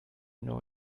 know